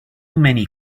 many